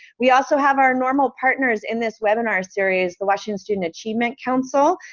we also have our normal partners in this webinar series, the washington student achievement council.